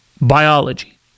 biology